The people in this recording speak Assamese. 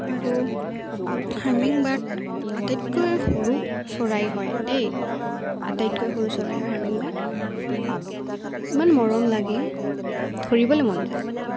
আৰু হাৰমিংবাৰ্ড আটাইতকৈ সৰু চৰাই হয় দেই আটাইতকৈ সৰু চৰাই হয় হাৰমিংবাৰ্ড ইমান মৰম লাগে ধৰিবলৈ মন যায়